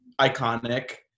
iconic